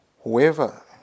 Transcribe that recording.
Whoever